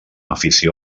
afició